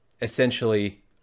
Essentially